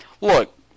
look